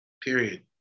period